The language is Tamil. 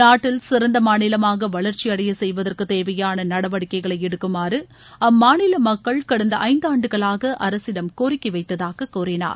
நாட்டில் சிறந்த மாநிலமாக வளர்ச்சி அடைய செய்வதற்கு தேவையான நடவடிக்கைகளை எடுக்குமாறு அம்மாநில மக்கள் கடந்த ஐந்தாண்டுகளாக அரசிடம் கோரிக்கை வைத்ததாக கூறினார்